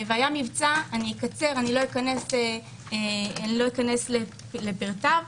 אני אקצר, לא אכנס לפרטיו.